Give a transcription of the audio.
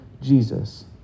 Jesus